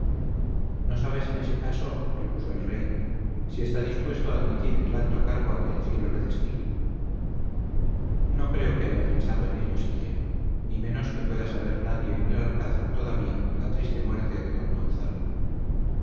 no sabes en ese caso repuso el rey si está dispuesto a admitir el alto cargo a que el cielo le destina no creo que haya pensado en ello siquiera ni menos que pueda saber nadie en el alcázar todavía la triste muerte de don gonzalo